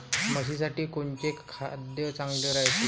म्हशीसाठी कोनचे खाद्य चांगलं रायते?